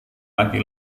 laki